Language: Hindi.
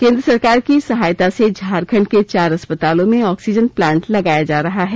केंद्र सरकार की सहायता से झारखंड के चार अस्पतालों में ऑक्सीजन प्लांट लगाया जा रहा है